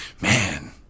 Man